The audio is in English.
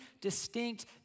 distinct